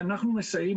אנחנו מסייעים,